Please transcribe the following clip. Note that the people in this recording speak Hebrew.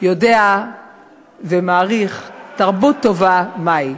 יודע ומעריך תרבות טובה מהי.